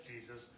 Jesus